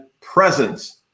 presence